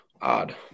odd